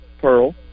pearl